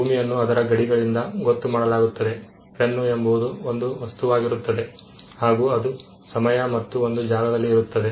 ಭೂಮಿಯನ್ನು ಅದರ ಗಡಿಗಳಿಂದ ಗೊತ್ತು ಮಾಡಲಾಗುತ್ತದೆ ಪೆನ್ ಎಂಬುದು ಒಂದು ವಸ್ತುವಾಗಿರುತ್ತದೆ ಹಾಗೂ ಅದು ಸಮಯ ಮತ್ತು ಒಂದು ಜಾಗದಲ್ಲಿ ಇರುತ್ತದೆ